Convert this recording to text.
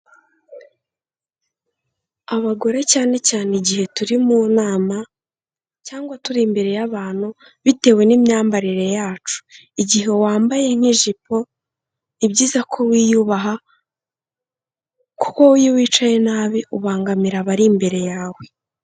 Abagore cyane cyane igihe turi mu nama, cyangwa turi imbere y'abantu bitewe n'imyambarire yacu, igihe wambaye nk'ijipo ni byiza ko wiyubaha, kuko iyo wicaye nabi ubangamira abari imbere yawe.